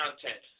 content